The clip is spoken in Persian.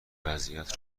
وضعیت